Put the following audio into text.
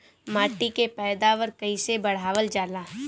माटी के पैदावार कईसे बढ़ावल जाला?